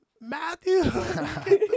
Matthew